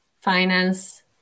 finance